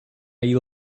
you